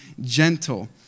gentle